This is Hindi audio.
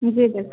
जी सर